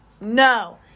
no